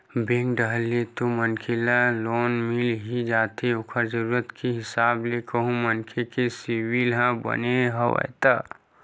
bank डाहर ले तो मनखे ल लोन मिल ही जाथे ओखर जरुरत के हिसाब ले कहूं मनखे के सिविल ह बने हवय ता